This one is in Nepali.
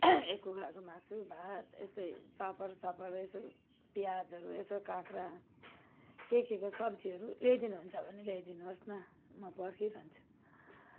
यही कुखुराको मासु भात यस्तै पापड सापड यसो प्याजहरू यसो काँक्रा के केको सब्जीहरू ल्याइदिनु हुन्छ भने ल्याइदिनु होस् न म पर्खिरहन्छु